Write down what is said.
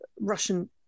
Russian